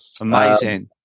Amazing